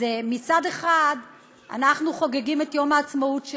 אז מצד אחד אנחנו חוגגים את יום העצמאות שלנו,